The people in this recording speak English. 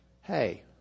hey